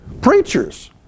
Preachers